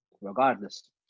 Regardless